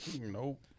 Nope